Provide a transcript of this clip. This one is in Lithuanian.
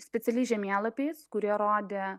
specialiais žemėlapiais kurie rodė